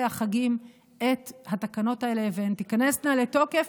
החגים ותאשר את התקנות האלה והן תיכנסנה לתוקף,